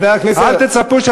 חבר הכנסת אייכלר,